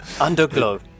Underglow